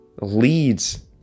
leads